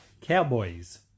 Cowboys